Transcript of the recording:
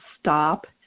stop